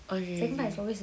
ookay ookay